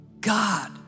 God